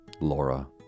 Laura